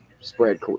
spread